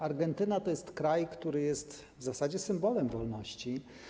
Argentyna to kraj, który jest w zasadzie symbolem wolności.